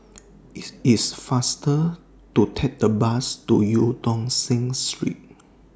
IT IS faster to Take The Bus to EU Tong Sen Street